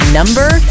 number